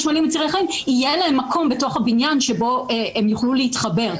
יהיה מקום בתוך הבניין שבו הם יוכלו להתחבר.